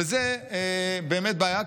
וזו באמת בעיה,